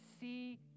see